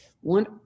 One